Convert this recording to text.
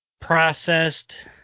processed